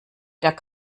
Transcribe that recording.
der